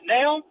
now